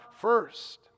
first